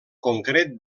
concret